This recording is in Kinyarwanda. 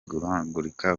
guhuzagurika